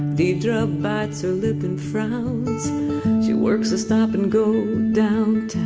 deidra bites her lip and frowns she works the stop and go downtown